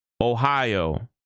Ohio